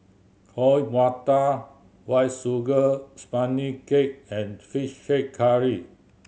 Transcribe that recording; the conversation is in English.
Coin Prata White Sugar Sponge Cake and Fish Head Curry